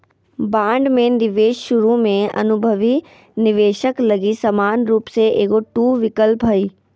bond में निवेश शुरु में अनुभवी निवेशक लगी समान रूप से एगो टू विकल्प हइ